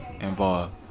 involved